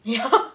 !yay!